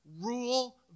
rule